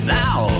now